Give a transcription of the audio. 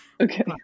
Okay